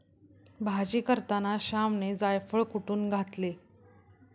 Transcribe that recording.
भाजी करताना श्यामने जायफळ कुटुन घातले